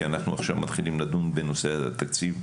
כי אנחנו עכשיו מתחילים לדון בנושא התקציב.